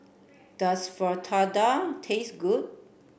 does Fritada taste good